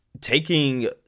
taking